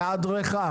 בהיעדרך,